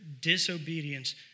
disobedience